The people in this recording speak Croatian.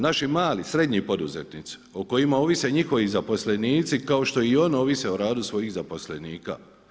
Naši mali, srednji poduzetnici o kojima ovise njihovi zaposlenici kao što i oni ovise o radu svojih zaposlenika.